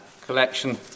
collection